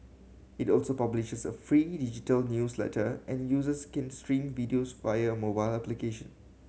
it also publishes a free digital newsletter and users can stream videos via a mobile application